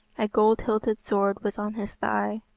a gold-hilted sword was on his thigh,